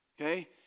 okay